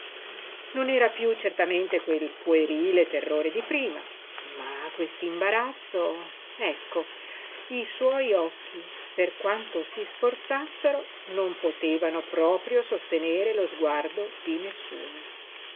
non era piú certamente quel puerile terrore di prima ma quest'imbarazzo ecco i suoi occhi per quanto si sforzassero non potevano proprio sostenere lo sguardo di nessuno